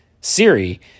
siri